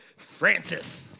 Francis